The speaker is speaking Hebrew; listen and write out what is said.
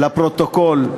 לפרוטוקול,